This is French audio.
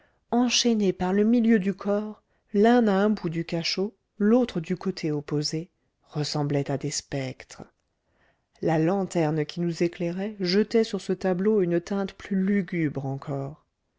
enchaînés par le milieu du corps l'un à un bout du cachot l'autre du côté opposé ressemblaient à des spectres la lanterne qui nous éclairait jetait sur ce tableau une teinte plus lugubre encore